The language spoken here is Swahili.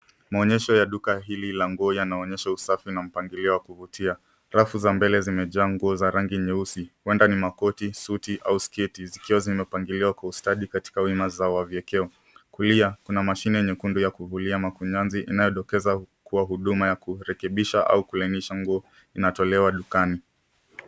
Maonyesho ya duka hili la nguo yanaonyesha usafi na mpangilio wa kuvutia. Rafu za mbele zimejaa nguo za rangi nyeusi huenda ni makoti, suti au sketi zikiwa zimepangiliwa kwa ustadi katika wima zao au viekeo. Kulia kuna mashine nyekundu ya kuvulia makunyanzi nayodokeza kwa huduma ya kurekebisha au kulainisha manguo inatolewa dukani.